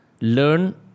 Learn